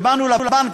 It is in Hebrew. שבאנו לבנק,